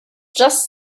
just